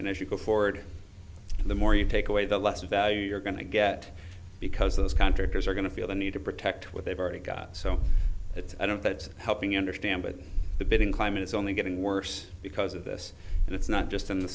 and as you go forward the more you take away the less value you're going to get because those contractors are going to feel the need to protect what they've already got so that i don't that's helping you understand but the bidding climate is only getting worse because of this and it's not just in the